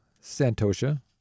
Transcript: santosha